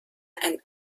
ein